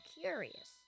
curious